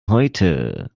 heute